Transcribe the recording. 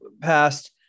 past